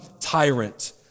tyrant